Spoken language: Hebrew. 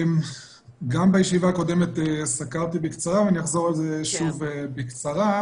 גם בישיבה קודמת סקרתי בקצרה ואני אחזור על זה שוב בקצרה.